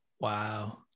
Wow